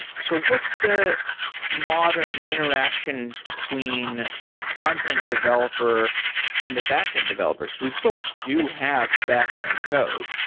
so what's the modern interaction between a frontend developer and the backend developer? because we still do have backend code.